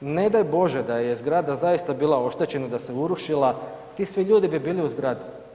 Ne daj Bože da je zgrada zaista bila oštećena, da se urušila, ti svi ljudi bi bili u zgradu.